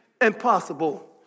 impossible